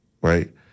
right